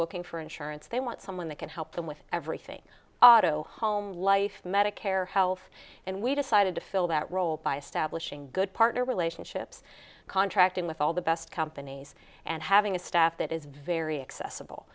looking for insurance they want someone that can help them with everything auto home life medicare health and we decided to fill that role by establishing good partner relationships contracting with all the best companies and having a staff that is very accessible